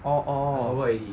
oh oh